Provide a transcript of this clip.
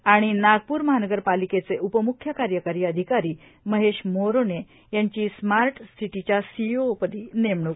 त नागप्र महानगर पालिकेचे उपम्ख्य कार्यकारी अधिकारी महेश मोरोने यांची स्मार्ट सिटीच्या सीईओपदी नेमणूक